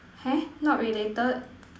not related